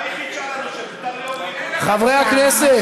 מה היא חידשה לנו, שמותר, חברי הכנסת.